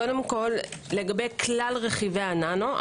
לגבי כלל רכיבי הננו,